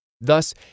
Thus